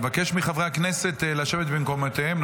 אבקש מחברי הכנסת לשבת במקומותיהם.